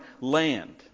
land